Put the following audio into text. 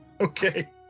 Okay